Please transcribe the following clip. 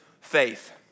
faith